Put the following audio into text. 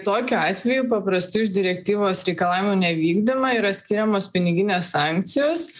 tokiu atveju paprastai už direktyvos reikalavimų nevykdymą yra skiriamos piniginės sankcijos